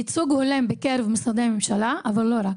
ייצוג הולם בקרב משרדי הממשלה, אבל לא רק.